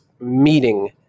meeting